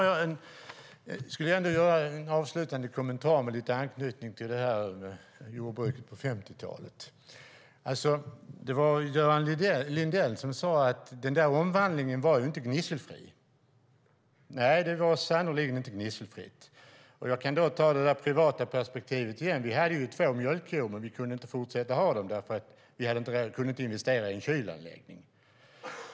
Jag skulle vilja göra en kommentar med anknytning till jordbruket på 50-talet. Göran Lindell sade att omvandlingen inte var gnisselfri. Nej, den var sannerligen inte gnisselfri. Jag kan ta det privata perspektivet igen. Vi hade två mjölkkor, men vi kunde inte fortsätta ha dem, för vi kunde inte investera i en kylanläggning.